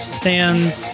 stands